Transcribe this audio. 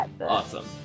Awesome